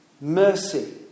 mercy